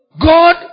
God